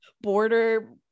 border